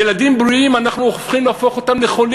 ילדים בריאים אנחנו הופכים לחולים?